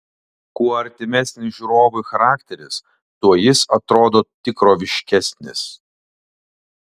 kuo artimesnis žiūrovui charakteris tuo jis atrodo tikroviškesnis